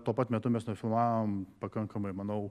tuo pat metu mes nufilmavom pakankamai manau